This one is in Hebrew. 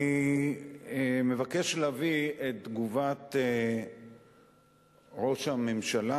אני מבקש להביא את תגובת ראש הממשלה,